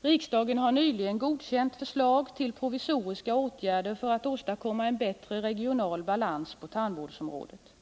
Riksdagen har nyligen godkänt förslag till provisoriska åtgärder för att åstadkomma en bättre regional balans på tandvårdsområdet.